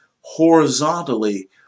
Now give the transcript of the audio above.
horizontally